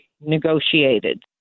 negotiated